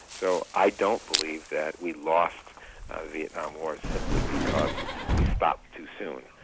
so i don't believe that we lost the vietnam war simply because we stopped too soon.